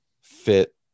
fit